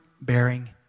bearing